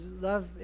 love